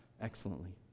excellently